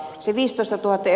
jos ed